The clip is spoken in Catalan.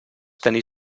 tenir